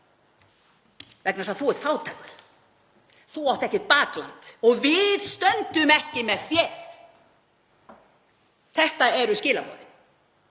vegna þess að þú ert fátækur. Þú átt ekkert bakland og við stöndum ekki með þér. Þetta eru skilaboðin.